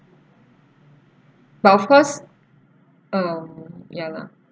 but of course um ya lah